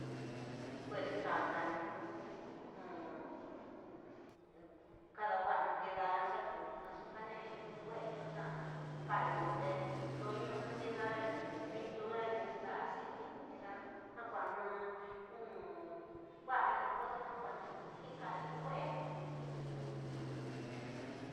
Pues kakanu kadawa'anju ndidá naxu kane'e we'eñu xa ka inu te ndoñu'unu ndida pintura ñu, ndida actiñu, ndida naku'ana ku'a in botena na ku'a ki ka'ainu we'e.